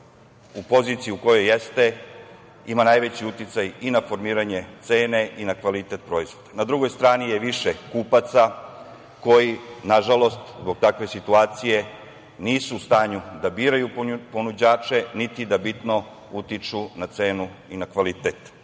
u poziciji u kojoj jeste ima najveći uticaj i na formiranje cene i na kvalitet proizvoda. Na drugoj stran je više kupaca, koji, nažalost, zbog takve situacije nisu u stanju da biraju ponuđače, niti da bitno utiču na cenu i na kvalitet.